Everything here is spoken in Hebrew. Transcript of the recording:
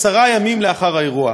עשרה ימים לאחר האירוע.